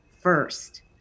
first